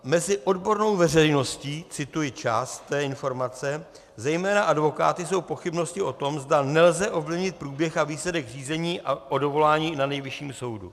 Mezi odbornou informací, cituji část té informace, zejména advokáty, jsou pochybnosti o tom, zda nelze ovlivnit průběh a výsledek řízení o dovolání na Nejvyšším soudu.